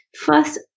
First